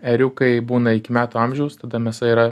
ėriukai būna iki metų amžiaus tada mėsa yra